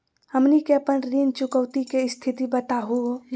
हमनी के अपन ऋण चुकौती के स्थिति बताहु हो?